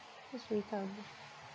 must already come